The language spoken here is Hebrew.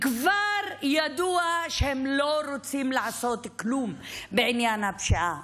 כבר ידוע שהם לא רוצים לעשות כלום בעניין הפשיעה,